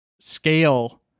scale